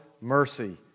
mercy